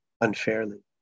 unfairly